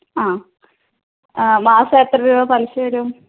അ മാസം എത്ര രൂപ പലിശ വരും